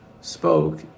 spoke